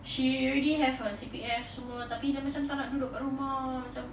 she already have her C_P_F semua tapi tak nak duduk kat rumah macam